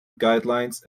guidelines